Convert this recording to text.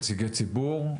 נציגי ציבור,